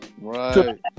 right